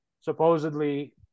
supposedly